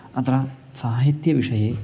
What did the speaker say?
अत्र साहित्यविषये